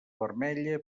vermella